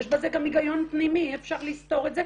יש בזה גם היגיון פנימי, אי אפשר לסתור את זה.